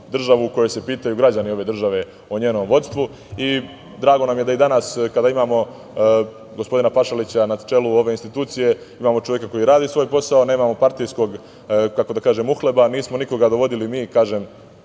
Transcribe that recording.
državu u kojoj se pitaju građani ove države o njenom vodstvu i drago nam je da i danas kada imamo gospodina Pašalića na čelu ove institucije imamo čoveka koji radi svoj posao, nemamo partijskog, kako da kažem uhleba, nismo nikoga dovodili mi iz